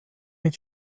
mit